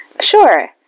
sure